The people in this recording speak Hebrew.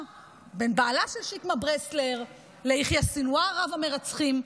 בין בעלה של שקמה ברסלר ליחיא סנוואר רב-המרצחים.